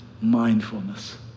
mindfulness